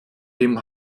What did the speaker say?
dem